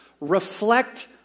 reflect